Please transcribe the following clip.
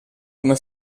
come